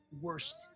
worst